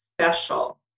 special